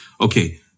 Okay